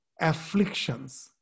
afflictions